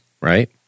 right